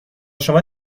شما